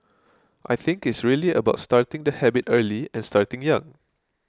I think it's really about starting the habit early and starting young